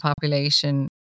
population